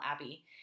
Abbey